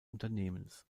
unternehmens